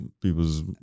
people's